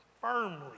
firmly